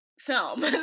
film